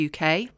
UK